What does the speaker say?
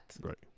Right